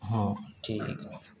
हां ठीक आहे